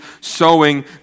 sowing